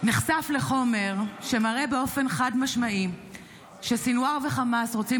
נחשף לחומר שמראה באופן חד-משמעי שסנוואר וחמאס רוצים